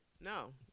No